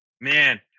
Man